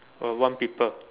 uh one people